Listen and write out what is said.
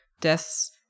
death's